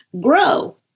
grow